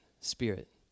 spirit